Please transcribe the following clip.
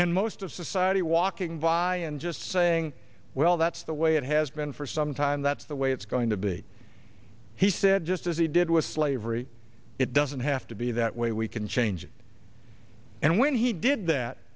and most of society walking by and just saying well that's the way it has been for some time that's the way it's going to be he said just as he did with slavery it doesn't have to be that way we can change it and when he did that